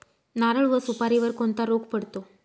नारळ व सुपारीवर कोणता रोग पडतो?